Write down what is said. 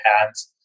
hands